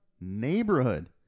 neighborhood